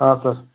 ಹಾಂ ಸರ್